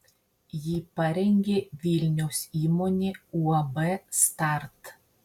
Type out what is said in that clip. jį parengė vilniaus įmonė uab start